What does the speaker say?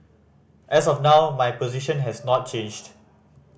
as of now my position has not changed